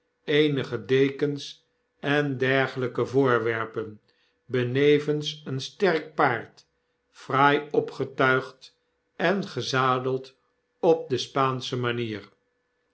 eenige dekens en dergelyke voorwerpen benevens een sterk paard fraai opgetuigd en gezadeld op de spaansche manier